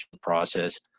process